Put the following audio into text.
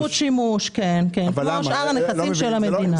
כן, זכות שימוש, כמו שאר הנכסים של המדינה.